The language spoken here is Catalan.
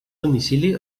domicili